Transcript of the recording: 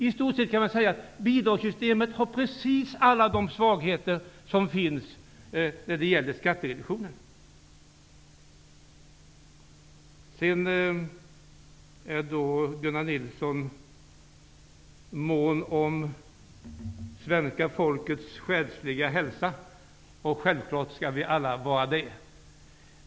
I stort sett kan man säga att bidragssystemet har precis alla de svagheter som finns när det gäller skattereduktionen. Gunnar Nilsson är mån om svenska folkets själsliga hälsa. Självfallet skall vi alla vara det.